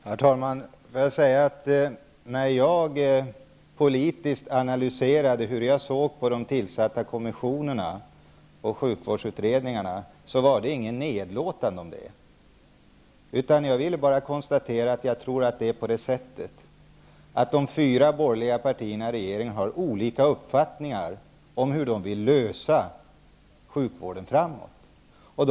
Herr talman! Får jag säga att när jag politiskt analyserade hur jag såg på de tillsatta kommissionerna och sjukvårdsutredningarna, så var det inget nedlåtande jag ville säga. Jag ville bara konstatera att de fyra borgerliga partierna i regeringen har olika uppfattningar om hur de vill lösa sjukvårdsproblemen framöver.